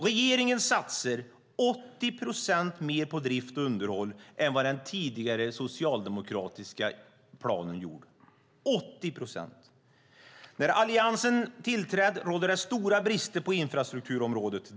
Regeringen satsar 80 procent mer på drift och underhåll än vad som gjordes i den tidigare socialdemokratiska planen. När Alliansen tillträdde rådde det stora brister på infrastrukturområdet.